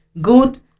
good